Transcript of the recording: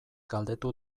galdetu